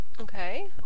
Okay